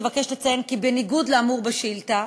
אבקש לציין כי בניגוד לאמור בשאילתה,